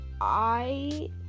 I-